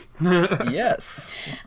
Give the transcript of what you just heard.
yes